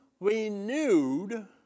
renewed